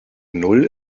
null